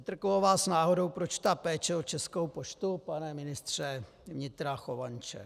Netrklo vás náhodou, proč ta péče o Českou poštu, pane ministře vnitra Chovanče?